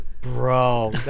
bro